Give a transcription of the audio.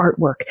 artwork